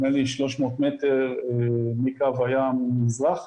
נדמה לי 300 מטר מקו הים מזרחה.